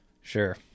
Sure